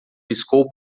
piscou